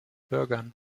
bürgern